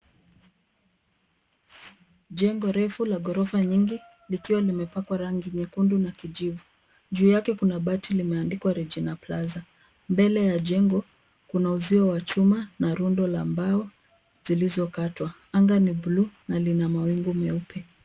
Jengo refu la gorofa nyingi likiwa limepakwa rangi nyekundu na kijivu, juu yake kuna bati limeandikwa regina plaza . Mbele ya jengo kuna uzio wa chuma na rundo la mbao zilizokatwa. Anga ni bluu na lina mawingu meupe.